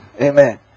Amen